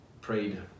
prayed